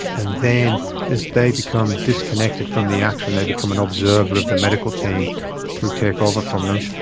and then as they become disconnected from the action they become an observer of the medical team who take over from them.